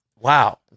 Wow